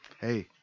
Hey